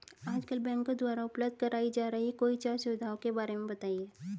आजकल बैंकों द्वारा उपलब्ध कराई जा रही कोई चार सुविधाओं के बारे में बताइए?